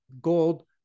gold